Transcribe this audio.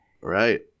Right